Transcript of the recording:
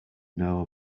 know